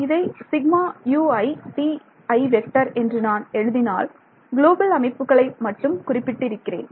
இதை என்று நான் எழுதினால் குளோபல் அமைப்புகளை மட்டும் குறிப்பிட்டு இருக்கிறேன்